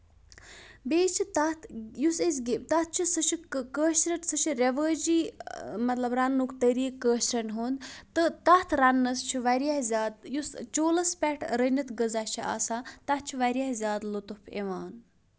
بیٚیہِ چھِ تَتھ یُس أسۍ تَتھ چھِ سُہ چھِ کٲشرین سُہ چھُ ریوٲجی مطلب رَنٕنُک طٔریٖقہٕ کٲشرین ہُند تہٕ تَتھ رَنٕنَس چھِ واریاہ زیادٕ یُس چولَس پٮ۪ٹھ رٔنِتھ غزا چھُ آسان تَتھ چھُ واریاہ زیادٕ لُطف یِوان